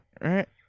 right